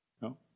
No